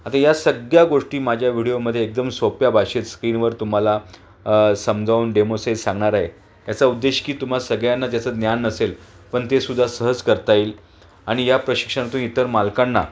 आता या सगळ्या गोष्टी माझ्या व्हिडिओमध्ये एकदम सोप्या भाषेत स्क्रीनवर तुम्हाला समजावून डेमोसहित सांगणार आहे याचा उद्देश की तुम्हा सगळ्यांना त्याचं ज्ञान नसेल पण ते सुद्धा सहज करता येईल आणि या प्रशिक्षणातून इतर मालकांना